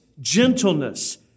gentleness